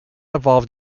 evolved